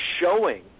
showing